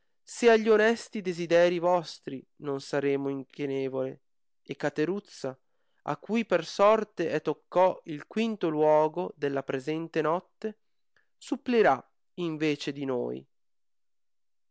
se a gli onesti desideri vostri non saremo inchinevole e cateruzza a cui per sorte è tocco il quinto luogo della presente notte suplirà in vece di noi